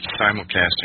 simulcasting